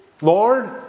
Lord